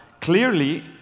clearly